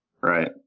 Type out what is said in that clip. Right